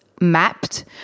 mapped